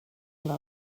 love